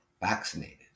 vaccinated